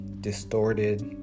distorted